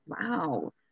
Wow